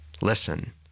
listen